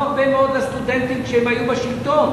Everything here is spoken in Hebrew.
הרבה מאוד לסטודנטים כשהם היו בשלטון.